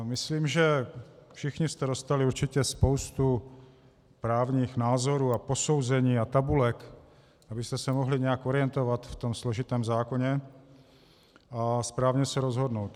Myslím, že všichni jste dostali určitě spoustu právních názorů a posouzení a tabulek, abyste se mohli nějak orientovat v tom složitém zákoně a správně se rozhodnout.